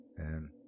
and